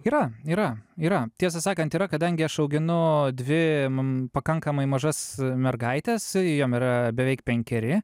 yra yra yra tiesą sakant yra kadangi aš auginu dvi ma pakankamai mažas mergaites jom yra beveik penkeri